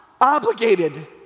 obligated